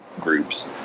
groups